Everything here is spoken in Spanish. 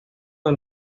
del